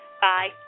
Bye